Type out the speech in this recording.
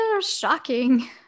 Shocking